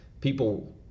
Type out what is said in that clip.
people